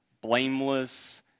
blameless